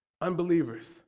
Unbelievers